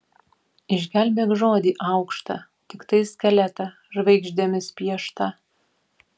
išgelbėk žodį aukštą tiktai skeletą žvaigždėmis pieštą